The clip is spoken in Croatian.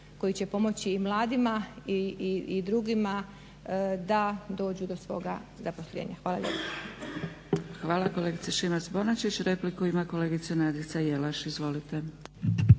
koji će pomoći i mladima, i drugima da dođu do svoga zaposlenja. Hvala lijepo. **Zgrebec, Dragica (SDP)** Hvala kolegice Šimac-Bonačić. Repliku ima kolegica Nadica Jelaš. Izvolite.